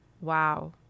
Wow